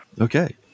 Okay